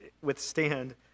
withstand